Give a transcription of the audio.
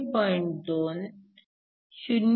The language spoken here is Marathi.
2 0